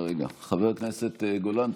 חבר הכנסת גולן,